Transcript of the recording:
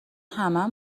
همه